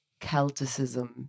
Celticism